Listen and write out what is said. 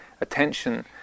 Attention